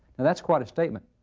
and that's quite a statement!